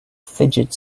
fidget